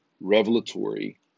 revelatory